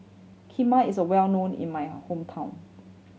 kheema is well known in my hometown